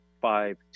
five